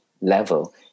level